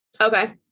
Okay